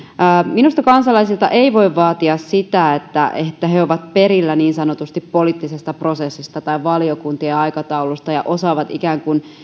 minusta kansalaisilta ei voi vaatia sitä että he ovat perillä niin sanotusti poliittisesta prosessista tai valiokuntien aikataululuista ja osaavat ikään kuin